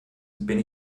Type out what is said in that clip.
bin